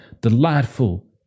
delightful